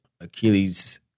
Achilles